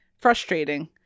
frustrating